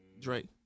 Drake